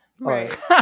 Right